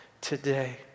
today